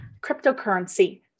cryptocurrency